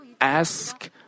ask